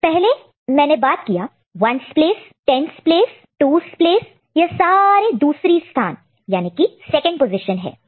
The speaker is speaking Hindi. पहले मैंने बात किया 1's place 10s place 8's place 2's place यह सारे दूसरी स्थान सेकंड पोजीशन second positionहै